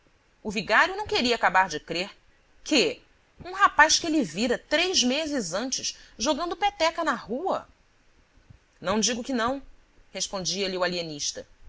o vigário não queria acabar de crer quê um rapaz que ele vira três meses antes jogando peteca na rua não digo que não respondia-lhe o